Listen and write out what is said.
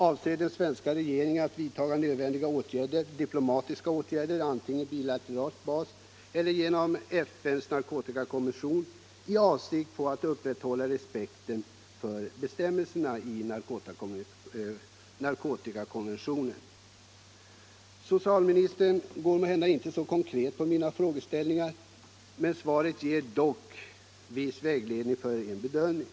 Avser den svenska regeringen att vidta nödvändiga diplomatiska åtgärder, antingen på bilateral bas eller genom Förenta nationernas narkotikakommission, i avsikt att upprätthålla respekten för bestämmelserna i narkotikakonventionen. Socialministern går inte så konkret in på mina frågeställningar, men svaret ger dock viss vägledning för en bedömning.